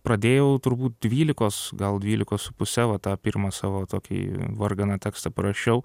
pradėjau turbūt dvylikos gal dvylikos su pusę va tą pirmą savo tokį varganą tekstą parašiau